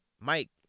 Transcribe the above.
Mike